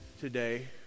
today